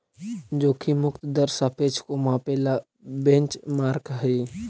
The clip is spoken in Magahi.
जोखिम मुक्त दर सापेक्ष को मापे ला बेंचमार्क हई